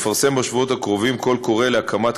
נפרסם בשבועות הקרובים קול קורא להקמת